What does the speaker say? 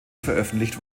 veröffentlicht